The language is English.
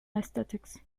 aesthetics